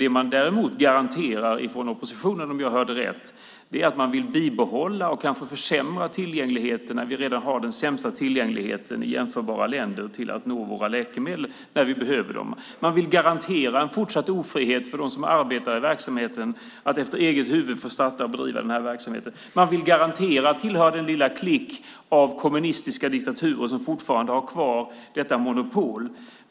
Det man däremot garanterar från oppositionen, om jag hörde rätt, är att man vill bibehålla och kanske försämra tillgängligheten, när vi redan har den sämsta tillgängligheten i jämförbara länder till våra läkemedel när vi behöver dem. Man vill garantera en fortsatt ofrihet för dem som arbetar i verksamheten att efter eget huvud få starta och driva verksamhet. Man vill garantera att vi tillhör den lilla klick av kommunistiska diktaturer som fortfarande har kvar detta monopol.